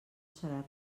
serà